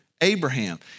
Abraham